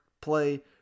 play